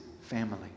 family